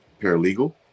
paralegal